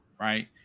right